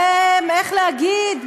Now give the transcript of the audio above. ואיך להגיד,